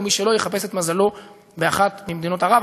ומי שלא, יחפש את מזלו באחת ממדינות ערב.